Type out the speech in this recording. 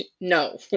no